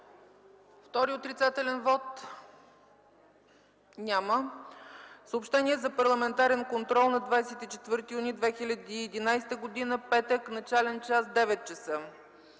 Втори отрицателен вот? Няма. Съобщения за парламентарния контрол на 24 юни 2011 г., петък, начален час 9,00 ч.